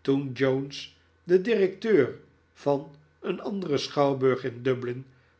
toen jones de directeur van een anderen schouwburg in dublin